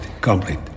complete